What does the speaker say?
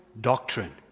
doctrine